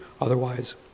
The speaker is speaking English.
otherwise